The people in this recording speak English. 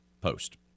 post